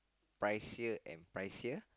pricier and pricier